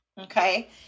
Okay